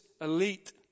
elite